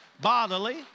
bodily